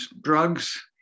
drugs